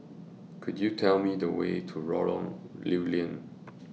Could YOU Tell Me The Way to Lorong Lew Lian